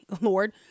Lord